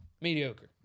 Mediocre